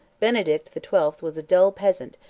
benedict the twelfth was a dull peasant,